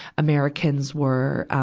americans were, ah,